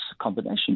combination